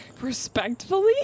respectfully